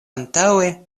antaŭe